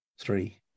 three